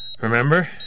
Remember